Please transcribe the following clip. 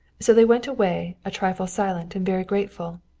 so they went away, a trifle silent and very grateful.